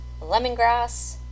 lemongrass